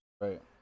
right